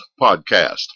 podcast